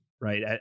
right